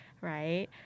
Right